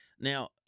Now